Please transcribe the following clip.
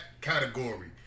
category